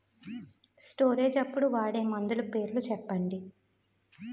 Storage అప్పుడు వాడే మందులు పేర్లు చెప్పండీ?